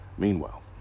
Meanwhile